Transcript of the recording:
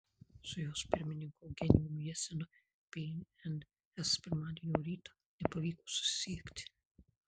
su jos pirmininku eugenijumi jesinu bns pirmadienio rytą nepavyko susisiekti